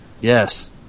Yes